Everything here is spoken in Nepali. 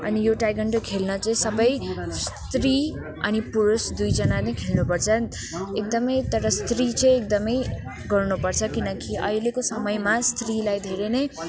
अनि यो ताइक्वान्डो खेल्न चाहिँ सबै स्त्री अनि पुरुष दुइजना नै खेल्नुपर्छ एकदमै तर स्त्री चाहिँ एकदमै गर्नुपर्छ किनकि अहिलेको समयमा स्त्रीलाई धेरै नै